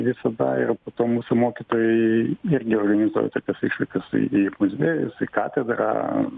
visada ir po to mūsų mokytojai irgi organizuoja tokias išvykas į į muziejus į katedrą